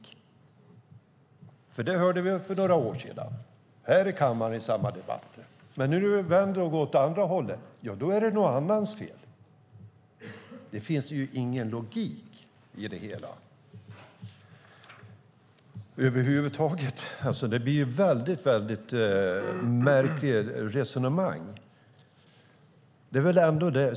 Det hörde vi för några år sedan här i kammaren i samma debatt. Men när det vänder och går åt andra hållet är det någon annans fel. Det finns ingen logik i det hela över huvud taget. Det blir ett väldigt märkligt resonemang.